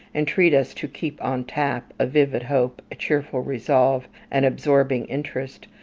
entreat us to keep on tap a vivid hope, a cheerful resolve, an absorbing interest,